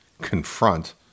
confront